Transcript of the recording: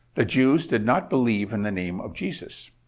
the jews did not believe in the name of jesus.